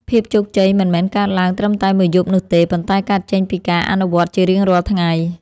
ភាពជោគជ័យមិនមែនកើតឡើងត្រឹមតែមួយយប់នោះទេ ប៉ុន្តែកើតចេញពីការអនុវត្តជារៀងរាល់ថ្ងៃ។